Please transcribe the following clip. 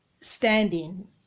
standing